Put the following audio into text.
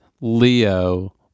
Leo